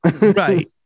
right